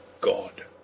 God